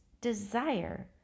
desire